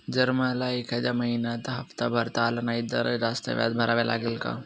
जर मला एखाद्या महिन्यात हफ्ता भरता आला नाही तर जास्त व्याज भरावे लागेल का?